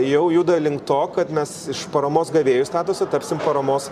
jau juda link to kad mes iš paramos gavėjų statuso tapsim paramos